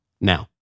now